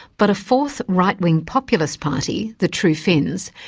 but a fourth, right-wing, populist party, the true finns,